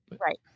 Right